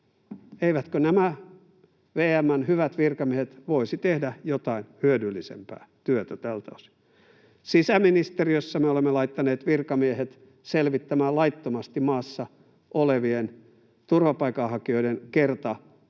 Eivätkö nämä VM:n hyvät virkamiehet voisi tehdä jotain hyödyllisempää työtä tältä osin? Sisäministeriössä me olemme laittaneet virkamiehet selvittämään laittomasti maassa olevien turvapaikanhakijoiden